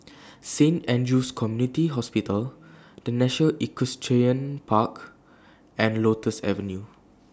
Saint Andrew's Community Hospital The National Equestrian Park and Lotus Avenue